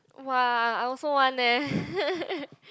!wah! I also want leh